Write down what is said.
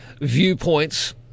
viewpoints